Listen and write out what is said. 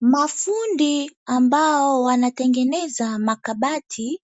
Mafundi ambao wanatengeneza makabati,